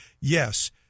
Yes